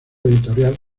editorial